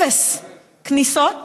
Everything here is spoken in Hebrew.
אפס כניסות